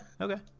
okay